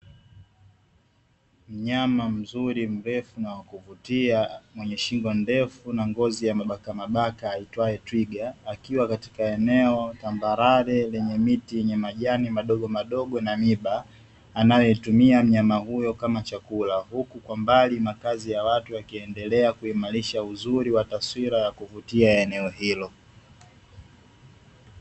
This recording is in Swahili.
Mnyama mzuri mrefu na wa kuvutia mwenye shingo ndefu na ngozi ya mabaka mabaka aitwaye twiga, akiwa katika eneo tambarare lenye miti yenye majani midogo midogo na miba anayotumia twiga kama chakula, huku kwa mbali makazi ya watu yakiendelea kuimarisha uzuri wa taswira ya kuvutia eneo hilo.